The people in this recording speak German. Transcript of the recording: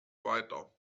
weiter